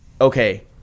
okay